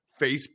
Facebook